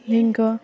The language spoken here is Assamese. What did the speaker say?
লিংক